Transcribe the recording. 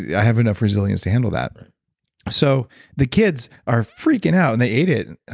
i have enough resilience to handle that so the kids are freaking out, and they ate it,